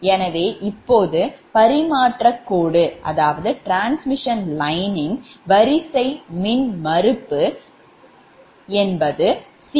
எனவே இப்போது பரிமாற்றக் கோடுகளின் வரிசை மின்மறுப்பு பை கண்டறியலாம்